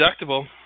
deductible